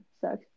sucks